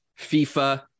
FIFA